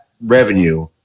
revenue